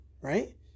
right